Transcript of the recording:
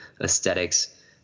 Aesthetics